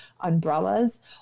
umbrellas